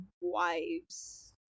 wives